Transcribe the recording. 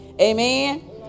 Amen